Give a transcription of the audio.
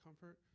comfort